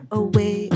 away